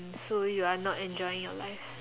so you're not enjoying your life